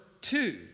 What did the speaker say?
two